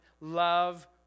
love